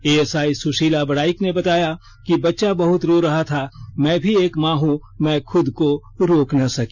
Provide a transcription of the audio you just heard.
ASI Sushila Baraik ने बताया कि बच्चा बहत रो रहा था मैं भी एक मां हूँ मैं खूद को रोक न सकी